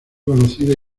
conocida